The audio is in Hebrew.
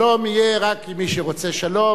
שלום יהיה רק עם מי שרוצה שלום.